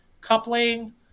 coupling